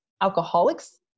alcoholics